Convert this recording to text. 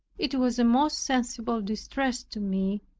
it was a most sensible distress to me,